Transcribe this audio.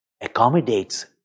accommodates